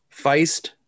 Feist